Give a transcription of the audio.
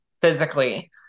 physically